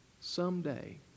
someday